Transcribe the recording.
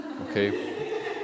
okay